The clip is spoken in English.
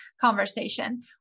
conversation